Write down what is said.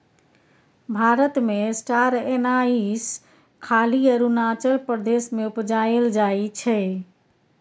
भारत मे star anise खाली अरुणाचल प्रदेश मे उपजाएल जाइ छै